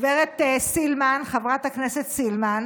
גב' סילמן, חברת הכנסת סילמן,